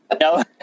No